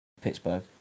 Pittsburgh